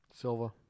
Silver